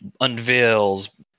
unveils